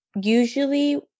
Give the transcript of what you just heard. usually